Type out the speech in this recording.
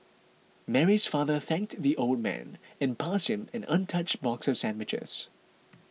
Mary's father thanked the old man and passed him an untouched box of sandwiches